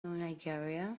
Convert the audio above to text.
nigeria